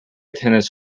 tennis